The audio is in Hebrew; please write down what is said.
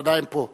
גנאים פה.